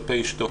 כלפי אשתו.